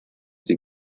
sie